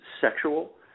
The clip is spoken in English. sexual